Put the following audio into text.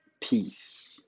Peace